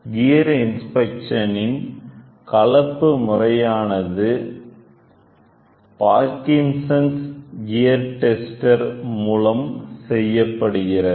gear inspection இன் கலப்பு முறையானது Parkinson gear tester Parkinson's Gear Tester மூலம் செய்யப்படுகிறது